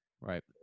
Right